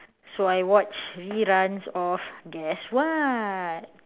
so I watch reruns of guess what